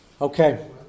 Okay